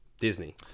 Disney